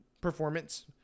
performance